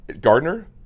Gardner